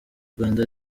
rwanda